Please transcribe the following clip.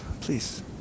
please